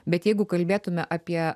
bet jeigu kalbėtume apie